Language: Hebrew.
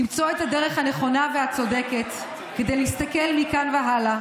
למצוא את הדרך הנכונה והצודקת כדי להסתכל מכאן והלאה.